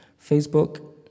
Facebook